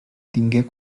tingué